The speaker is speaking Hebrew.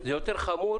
זה יותר חמור